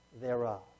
thereof